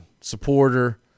supporter